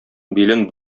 билен